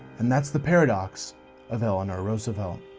and that's the paradox of eleanor roosevelt.